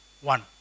one